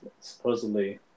supposedly